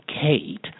Kate